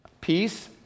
peace